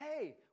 hey